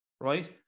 right